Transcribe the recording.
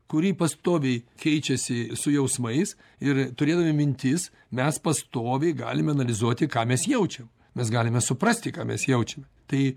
kuri pastoviai keičiasi su jausmais ir turėdami mintis mes pastoviai galime analizuoti ką mes jaučiam mes galime suprasti ką mes jaučiame tai